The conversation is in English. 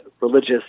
religious